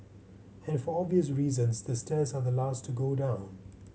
and for obvious reasons the stairs are the last to go down